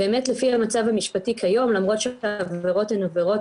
באמת לפי המצב המשפטי כיום למרות שהעבירות הן עבירות